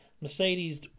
Mercedes